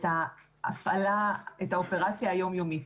האופרציה היום-יומית.